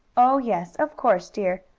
oh, yes, of course, dear.